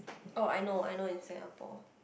orh I know I know in Singapore